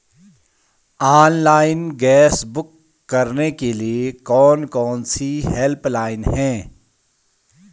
Online gas book करने के लिए कौन कौनसी हेल्पलाइन हैं?